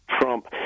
Trump